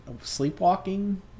sleepwalking